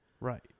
Right